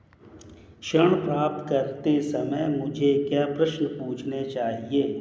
ऋण प्राप्त करते समय मुझे क्या प्रश्न पूछने चाहिए?